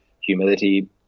humility